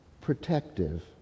protective